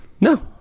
No